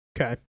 Okay